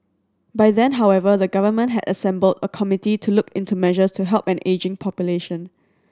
by then however the government had assembled a committee to look into measures to help an ageing population